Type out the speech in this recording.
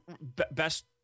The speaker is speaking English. best